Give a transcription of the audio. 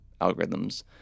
algorithms